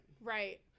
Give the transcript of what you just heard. right